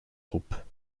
troupes